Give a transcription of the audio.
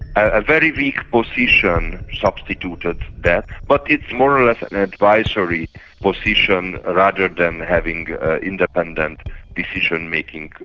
a very weak position substituted that, but it's more or less an advisory position rather than having independent decision making.